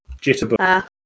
Jitterbug